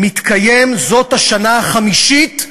מתקיים זאת השנה החמישית,